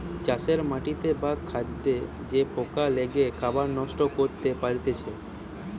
চাষের মাটিতে বা খাদ্যে যে পোকা লেগে খাবার নষ্ট করতে পারতিছে